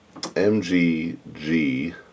MGG